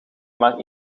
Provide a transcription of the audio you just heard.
maar